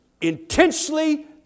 intensely